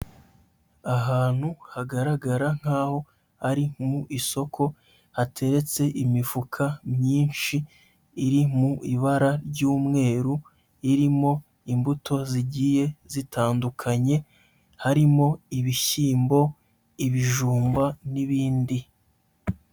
Ahantu hagaragara nkaho ari mu isoko, hateretse imifuka myinshi, iri mu ibara ry'umweru, irimo imbuto zigiye zitandukanye, harimo ibishyimbo, ibijumba n'ibindi.